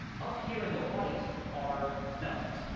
up here in the white are numbers.